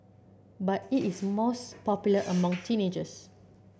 but it is most popular among teenagers